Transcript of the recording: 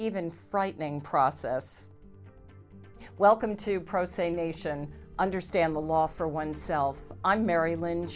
even frightening process welcome to pro se nation understand the law for one self i'm mary